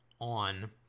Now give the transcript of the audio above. on